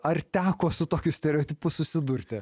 ar teko su tokiu stereotipu susidurti